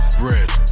Red